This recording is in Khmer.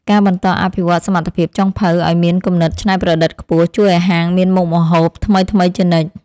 ការបន្តអភិវឌ្ឍសមត្ថភាពចុងភៅឱ្យមានគំនិតច្នៃប្រឌិតខ្ពស់ ជួយឱ្យហាងមានមុខម្ហូបថ្មីៗជានិច្ច។